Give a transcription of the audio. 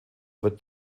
wird